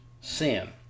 sin